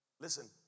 Listen